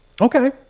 Okay